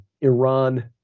Iran